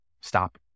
stop